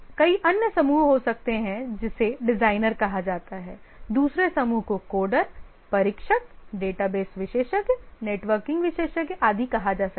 कई अन्य समूह हो सकते है जिसे डिजाइनर कहा जाता है दूसरे समूह को कोडर परीक्षक डेटाबेस विशेषज्ञ नेटवर्किंग विशेषज्ञ आदि कहा जा सकता है